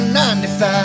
95